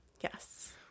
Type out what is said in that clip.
yes